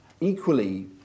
equally